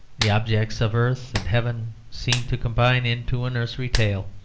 the objects of earth and heaven seem to combine into a nursery tale,